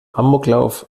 amoklauf